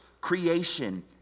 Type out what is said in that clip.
creation